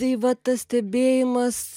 tai va tas stebėjimas